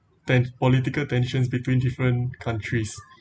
ten political tensions between different countries